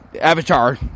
Avatar